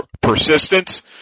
persistence